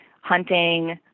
hunting